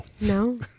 no